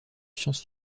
science